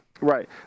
Right